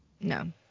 No